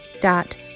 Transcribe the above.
dot